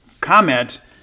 comment